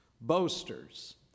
Boasters